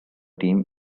team